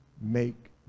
make